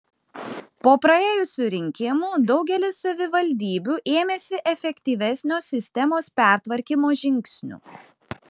po praėjusių rinkimų daugelis savivaldybių ėmėsi efektyvesnio sistemos pertvarkymo žingsnių